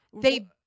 They-